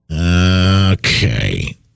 Okay